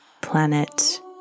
planet